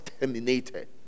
terminated